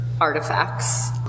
artifacts